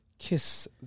Kiss